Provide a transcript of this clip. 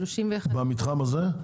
במתחם הזה?